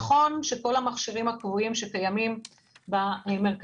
נכון שכל המכשירים הקבועים שקיימים במרכזים